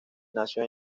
nació